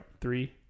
Three